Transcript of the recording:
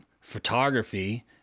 photography